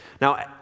Now